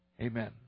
Amen